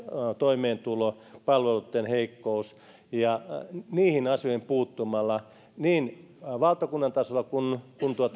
toimeentulo palveluitten heikkous niihin asioihin puuttumalla niin valtakunnan tasolla kuin